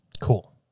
cool